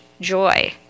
joy